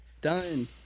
done